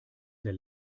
der